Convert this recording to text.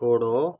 छोड़ो